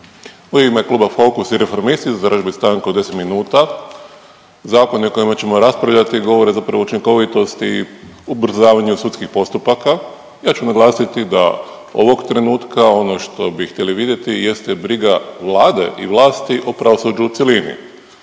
U ime Kluba Fokus i Reformisti zatražio bi stanku od 10 minuta. Zakoni o kojima ćemo raspravljati govore zapravo o učinkovitosti i ubrzavanju sudskih postupaka. Ja ću naglasiti da ovog trenutku ono što bi htjeli vidjeti jeste briga Vlade i vlasti o pravosuđu u cjelini.